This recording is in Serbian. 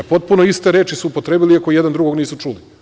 Potpuno iste reči su upotrebili, iako jedan drugog nisu čuli.